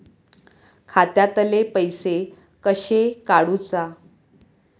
खात्यातले पैसे कशे काडूचा?